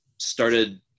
started